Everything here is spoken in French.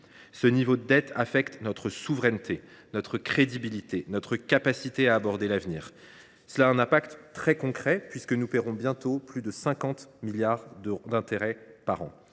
Ce niveau de dette affecte notre souveraineté, notre crédibilité et notre capacité à aborder l’avenir de manière concrète : nous paierons bientôt plus de 50 milliards d’euros d’intérêts par an.